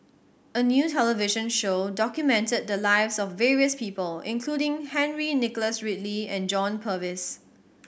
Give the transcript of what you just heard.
a new television show documented the lives of various people including Henry Nicholas Ridley and John Purvis